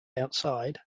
outside